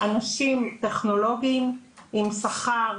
אנשים טכנולוגיים עם שכר